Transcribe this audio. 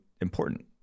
important